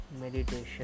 Meditation